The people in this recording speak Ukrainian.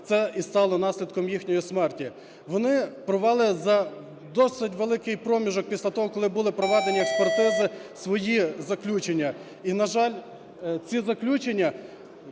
це і стало наслідком їхньої смерті. Вони провели за досить великий проміжок після того, коли були проведені експертизи, своїзаключення. І, на жаль, ці заключення